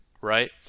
right